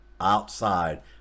outside